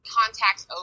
contacts